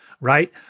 right